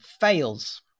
fails